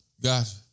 got